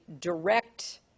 direct